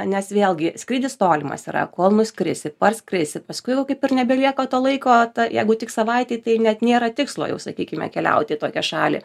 nes vėlgi skrydis tolimas yra kol nuskrisi parskristi paskui jau kaip ir nebelieka to laiko ta jeigu tik savaitei tai ir net nėra tikslo jau sakykime keliauti į tokią šalį